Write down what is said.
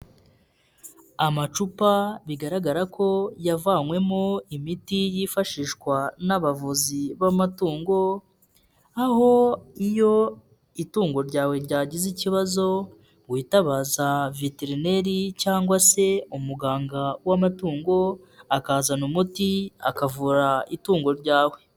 Amacupa bigaragara ko yavanywemo imiti yifashishwa n'abavuzi b'amatungo, aho iyo itungo ryawe ryagize ikibazo, witabaza veterineri cyangwa se umuganga w'amatungo, akazana umuti akavura itungo ryawe.